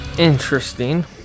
interesting